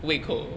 胃口